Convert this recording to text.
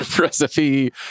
recipe